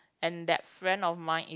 and that friend of mine is